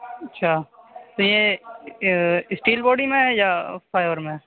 اچھا تو یہ اسٹیل باڈی میں ہے یا فائبر میں